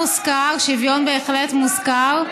שוויון מוזכר,